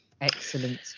Excellent